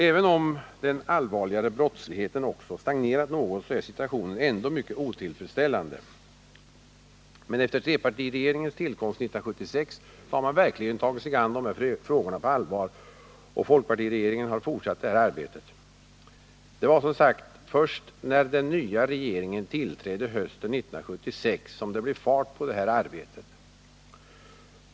Även om den allvarligare brottsligheten också stagnerat något, så är situationen ändå mycket otillfredsställande. Men efter trepartiregeringens tillkomst 1976 har man verkligen tagit sig an de här frågorna på allvar, och folkpartiregeringen har fortsatt det här arbetet. Det var som sagt först när den nya regeringen tillträdde hösten 1976 som det blev fart på det här arbetet.